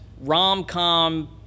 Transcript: rom-com